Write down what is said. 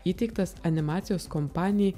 įteiktas animacijos kompanijai